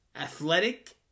athletic